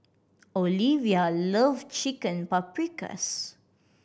Olevia love Chicken Paprikas